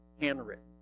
Handwritten